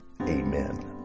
Amen